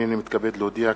הנני מתכבד להודיע,